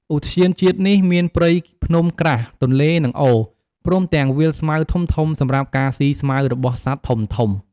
ឧទ្យានជាតិនេះមានព្រៃភ្នំក្រាស់ ទន្លេ និងអូរ ព្រមទាំងវាលស្មៅធំៗសម្រាប់ការស៊ីស្មៅរបស់សត្វធំៗ។